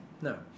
no